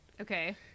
Okay